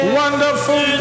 wonderful